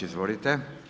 Izvolite.